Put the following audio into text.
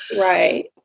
Right